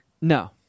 No